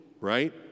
right